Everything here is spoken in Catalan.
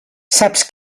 saps